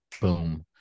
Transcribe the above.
boom